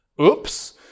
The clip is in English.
oops